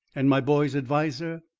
and my boy's adviser?